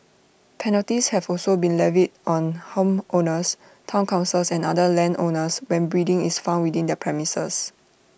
penalties have also been levied on homeowners Town councils and other landowners when breeding is found within their premises